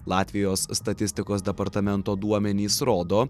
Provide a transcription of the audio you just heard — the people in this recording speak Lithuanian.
latvijos statistikos departamento duomenys rodo